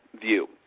view